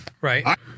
Right